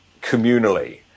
communally